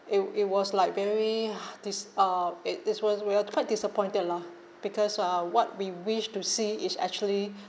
it w~ it was like very dis~ ah it is was we are quite disappointed lah because uh what we wish to see is actually